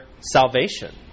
salvation